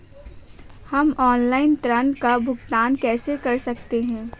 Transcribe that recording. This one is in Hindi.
हम ऑनलाइन ऋण का भुगतान कैसे कर सकते हैं?